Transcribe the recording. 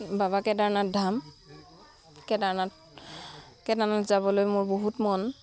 বাবা কেদাৰনাথ ধাম কেদাৰনাথ কেদাৰনাথ যাবলৈ মোৰ বহুত মন